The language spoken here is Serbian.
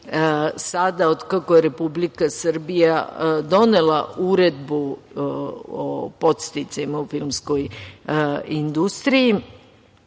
od kako je Republika Srbija donela Uredbu o podsticajima u filmskoj industriji.